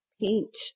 paint